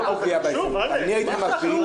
אני הייתי מגביל.